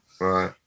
Right